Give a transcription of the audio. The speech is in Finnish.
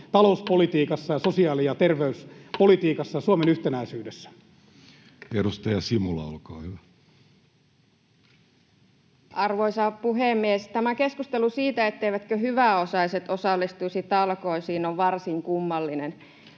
talouspolitiikassa ja sosiaali- ja terveyspolitiikassa ja Suomen yhtenäisyydessä. Edustaja Simula, olkaa hyvä. Arvoisa puhemies! Tämä keskustelu siitä, etteivät hyväosaiset osallistuisi talkoisiin, on varsin kummallinen.